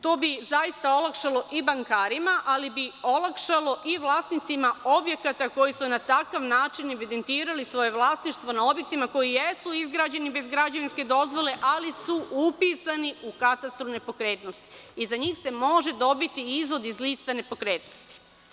To bi zaista olakšalo i bankarima, ali bi olakšalo i vlasnicima objekata koji su na takav način evidentirali svoje vlasništvo na objektima koji jesu izgrađeni bez građevinske dozvole, ali su upisani u Katastru nepokretnosti i za njih se može dobiti izvod iz lista nepokretnosti.